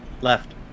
Left